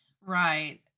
Right